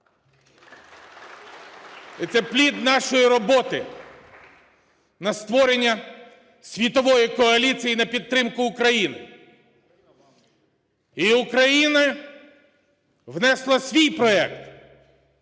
це плід нашої роботи на створення світової коаліції на підтримку України. І Україна внесла свій проект,